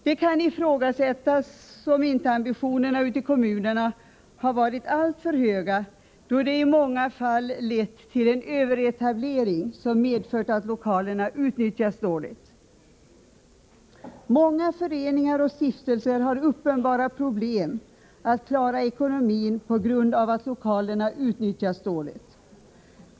Det kan ifrågasättas om inte ambitionerna ute i kommunerna varit alltför höga, då det i många fall uppstått en överetablering som medfört att lokalerna utnyttjas dåligt. Många föreningar och stiftelser har uppenbara problem att klara ekonomin på grund av att lokalerna utnyttjas dåligt.